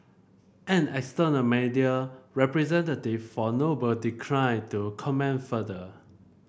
an external media representative for Noble declined to comment further